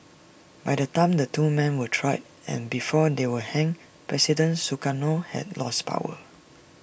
by the time the two men were tried and before they were hanged president Sukarno had lost power